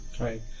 right